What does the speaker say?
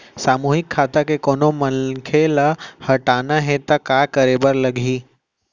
सामूहिक खाता के कोनो मनखे ला हटाना हे ता काय करे बर लागही?